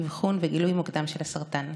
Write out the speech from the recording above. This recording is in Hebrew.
אבחון וגילוי מוקדם של הסרטן.